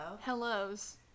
Hellos